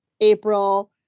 April